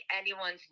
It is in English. anyone's